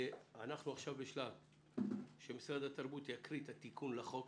אנחנו עכשיו בשלב שמשרד התרבות יקריא את התיקון לחוק,